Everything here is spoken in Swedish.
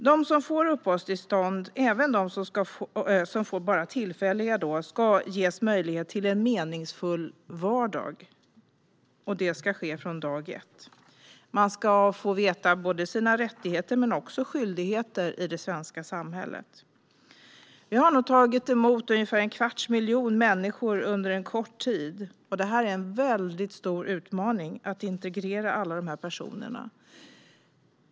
De som får uppehållstillstånd, även de som bara får tillfälliga sådana, ska ges möjlighet till en meningsfull vardag. Det ska ske från dag ett. Man ska få veta både sina rättigheter och sina skyldigheter i det svenska samhället. Sverige har tagit emot ungefär en kvarts miljon människor under en kort tid. Det är en stor utmaning att integrera alla dessa personer.